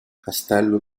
castello